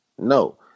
No